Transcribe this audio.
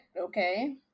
okay